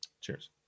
Cheers